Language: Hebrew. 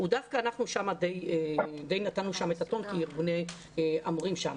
דווקא אנחנו שם די נתנו את הטון כי ארגוני המורים שם.